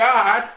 God